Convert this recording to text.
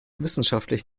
wissenschaftlich